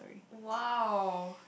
!wow!